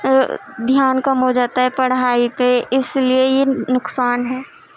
دھیان کم ہو جاتا ہے پڑھائی پہ اس لیے یہ نقصان ہے